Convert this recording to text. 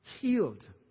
Healed